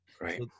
right